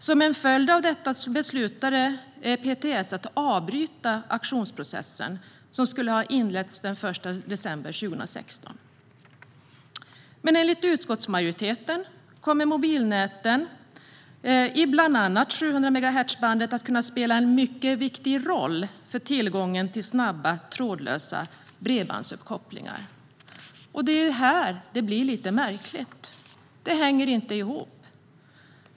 Som en följd av detta beslutade PTS att avbryta auktionsprocessen - auktionen skulle ha inletts den 1 december 2016. Men enligt utskottsmajoriteten kommer mobilnäten i bland annat 700megahertzbandet att kunna spela en mycket viktig roll för tillgången till snabba trådlösa bredbandsuppkopplingar. Det är här det blir lite märkligt. Det hänger inte ihop.